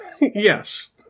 yes